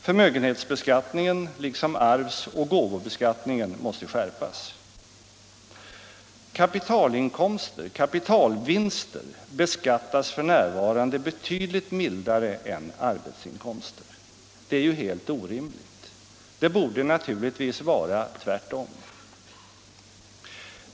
Förmögenhetsbeskattningen liksom arvsoch gåvobeskattningen måste skärpas. Kapitalvinster beskattas f. n. betydligt mildare än arbetsinkomster. Det är ju helt orimligt. Det borde naturligtvis vara tvärtom.